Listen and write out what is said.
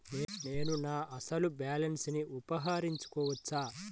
నేను నా అసలు బాలన్స్ ని ఉపసంహరించుకోవచ్చా?